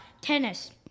Tennis